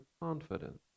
confidence